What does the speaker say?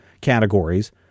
categories